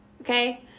Okay